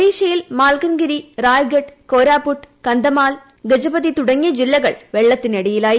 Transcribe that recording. ഒഡീഷയിൽ മാൽക്കൻഗിരി റായഗഡ് കോരാപുട്ട് കന്ധമാൽ ഗജപതി തുടങ്ങിയ ജില്ലകൾ വെള്ളത്തിനടിയിലായി